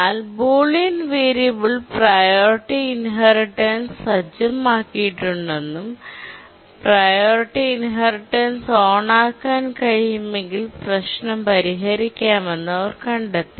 എന്നാൽ Boolean variable priority inheritance സജ്ജമാക്കിയിട്ടുണ്ടെന്നും priority inheritance ഓണാക്കാൻ കഴിയുമെങ്കിൽ പ്രശ്നം പരിഹരിക്കാമെന്നും അവർ കണ്ടെത്തി